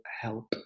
help